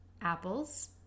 apples